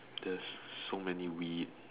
there's so many weed